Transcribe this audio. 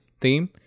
theme